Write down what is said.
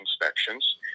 inspections